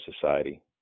society